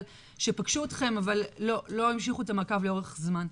אבל שפגשו אתכם אבל לא המשיכו את המעקב לאורך זמן.